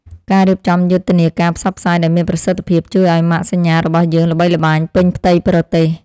ការរៀបចំយុទ្ធនាការផ្សព្វផ្សាយដែលមានប្រសិទ្ធភាពជួយឱ្យម៉ាកសញ្ញារបស់យើងល្បីល្បាញពេញផ្ទៃប្រទេស។